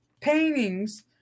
paintings